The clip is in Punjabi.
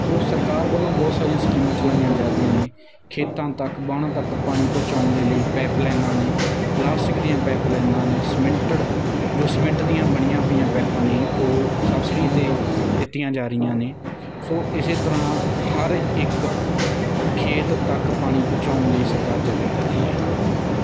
ਸੋ ਸਰਕਾਰ ਵੱਲੋਂ ਬਹੁਤ ਸਾਰੀਆਂ ਸਕੀਮਾਂ ਚਲਾਈਆਂ ਜਾ ਰਹੀਆਂ ਨੇ ਖੇਤਾਂ ਤੱਕ ਬੰਨ੍ਹ ਤੱਕ ਪਾਣੀ ਪਹੁੰਚਾਉਣ ਦੇ ਲਈ ਪਾਇਪਲਾਈਨਾਂ ਨੇ ਪਲਾਸਟਿਕ ਦੀਆਂ ਪਾਇਪਲਾਈਨਾਂ ਨੇ ਸਮਿੰਟਡ ਜੋ ਸੀਮੈਂਟ ਦੀਆਂ ਬਣੀਆਂ ਹੋਈਆਂ ਪਾਈਪਾਂ ਨੇ ਉਹ ਸਬਸਿਡੀ 'ਤੇ ਦਿੱਤੀਆਂ ਜਾ ਰਹੀਆਂ ਨੇ ਸੋ ਇਸੇ ਤਰ੍ਹਾਂ ਹਰ ਇੱਕ ਖੇਤ ਤੱਕ ਪਾਣੀ ਪਹੁੰਚਾਉਣ ਲਈ ਸਰਕਾਰ ਯਤਨ ਕਰ ਰਹੀ ਹੈ